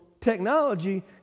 technology